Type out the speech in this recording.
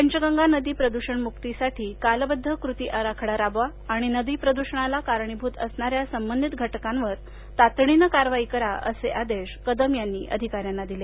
पंचगंगा नदी प्रदूषण मुक्तीसाठी कालबध्द कृती आराखडा राबवा आणि नदी प्रदूषणाला कारणीभूत असणाऱ्या संबंधीत घटकांवर तातडीनं कारवाई करा असे आदेश कदम यांनी अधिकाऱ्यांना दिले